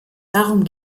darum